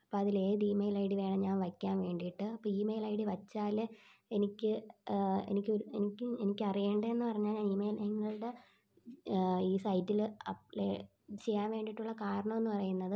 അപ്പം അതിൽ ഏത് ഇമെയിൽ ഐ ഡി വേണം ഞാൻ വയ്ക്കാൻ വേണ്ടിയിട്ട് അപ്പം ഇമെയിൽ ഐ ഡി വച്ചാല് എനിക്ക് എനിക്ക് എനിക്ക് എനിക്ക് അറിയേണ്ടതെന്ന് പറഞ്ഞാൽ ഇമെയിൽ നിങ്ങളുടെ ഈ സൈറ്റിൽ അപ്പ് ചെയ്യാൻ വേണ്ടിയിട്ടുള്ള കാരണമെന്ന് പറയുന്നത്